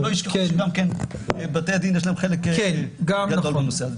רק שלא ישכחו שגם לבתי הדין יש חלק גדול בנושא הזה.